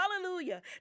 hallelujah